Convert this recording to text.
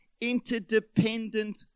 interdependent